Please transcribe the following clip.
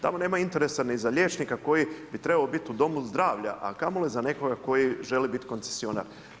Tamo nema interesa ni za liječnika koji bi trebao biti u domu zdravlja a kamoli za nekoga koji želi biti koncesionar.